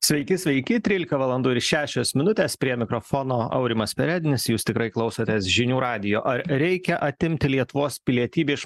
sveiki sveiki trylika valandų ir šešios minutės prie mikrofono aurimas perednis jūs tikrai klausotės žinių radijo ar reikia atimti lietuvos pilietybę iš